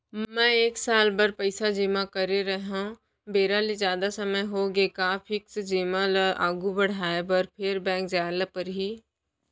मैं एक साल बर पइसा जेमा करे रहेंव, बेरा ले जादा समय होगे हे का फिक्स जेमा ल आगू बढ़ाये बर फेर बैंक जाय ल परहि?